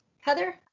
heather